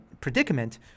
predicament